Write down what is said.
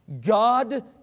God